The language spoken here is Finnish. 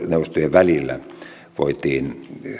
välillä voitiin